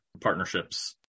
partnerships